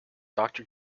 doctor